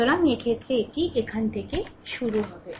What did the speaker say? সুতরাং এক্ষেত্রে এটি এখান থেকে শুরু হবে